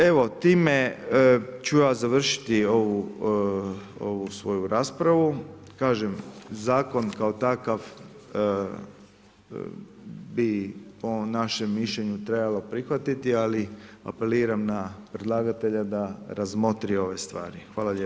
Evo, time ću ja završiti ovu svoju raspravu, kaže, zakon kao takav bi po našem mišljenju trebalo prihvatiti ali apeliram na predlagatelja da razmotri ove stvari, hvala lijepo.